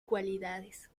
cualidades